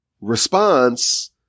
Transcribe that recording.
response